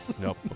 Nope